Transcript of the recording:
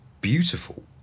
beautiful